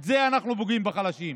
כך אנחנו פוגעים בחלשים.